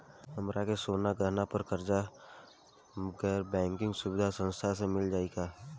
हमरा के सोना गहना पर कर्जा गैर बैंकिंग सुविधा संस्था से मिल जाई का?